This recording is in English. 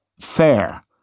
fair